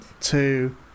two